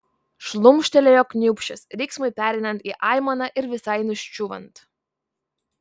šlumštelėjo kniūbsčias riksmui pereinant į aimaną ir visai nuščiūvant